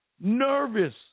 nervous